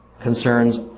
concerns